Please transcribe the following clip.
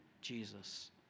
Jesus